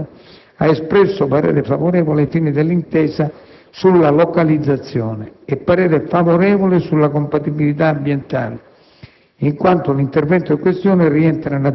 marzo 2006, n. 340, ha espresso parere favorevole ai fini dell'intesa sulla localizzazione e parere favorevole sulla compatibilità ambientale